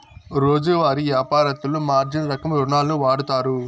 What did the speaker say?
రోజువారీ యాపారత్తులు మార్జిన్ రకం రుణాలును వాడుతారు